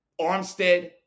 Armstead